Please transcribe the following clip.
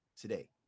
today